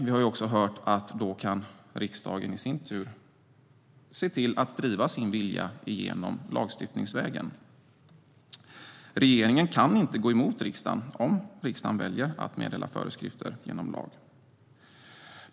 Vi har också hört att riksdagen då i sin tur kan se till att driva sin vilja igenom lagstiftningsvägen. Regeringen kan inte gå emot riksdagen om riksdagen väljer att meddela föreskrifter genom lag.